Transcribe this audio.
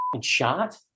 shot